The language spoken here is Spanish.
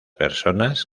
personas